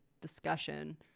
discussion